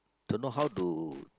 to know how to